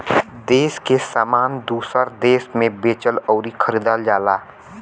देस के सामान दूसर देस मे बेचल अउर खरीदल जाला